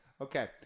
okay